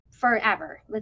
Forever